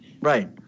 Right